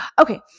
Okay